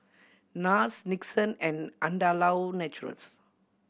Nars Nixon and Andalou Naturals